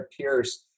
Pierce